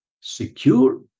secure